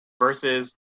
versus